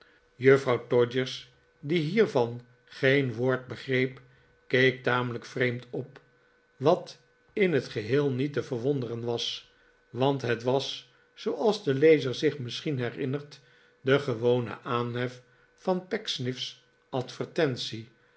juffrouw todgers die hiervan geen woord begreep keek tamelijk vreemd op wat in het geheel niet te verwonderen was want het was zooals de lezer zich misschien herinnert de gewone aanhef van pecksniff's advertentie